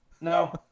no